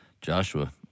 Joshua